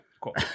Cool